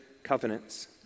Covenants